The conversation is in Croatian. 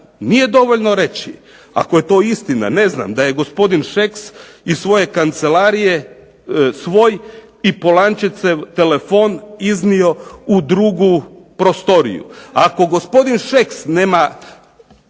nije dovoljno reći ako je to istina ne znam da je gospodin Šeks iz svoje kancelarije svoj i Polančecev telefon iznio u drugu prostoriju. Ako gospodin Šeks nema